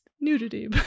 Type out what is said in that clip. nudity